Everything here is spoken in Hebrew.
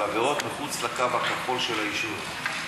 על עבירות מחוץ לקו הכחול של היישוב,